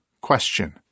Question